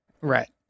Right